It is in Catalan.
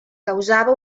causava